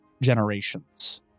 generations